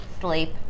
sleep